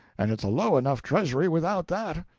and it's a low enough treasury without that.